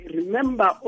Remember